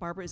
barbara i